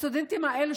הסטודנטים האלה,